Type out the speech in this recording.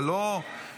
אבל לא להגיד,